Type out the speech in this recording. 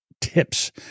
tips